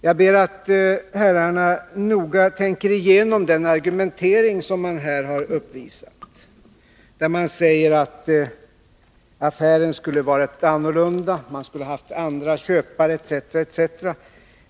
Jag ber att herrarna noga tänker igenom den argumentering som ni har uppvisat, där ni säger att affären borde ha varit annorlunda, att man skulle ha haft andra köpare etc.